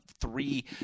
three